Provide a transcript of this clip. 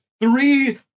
three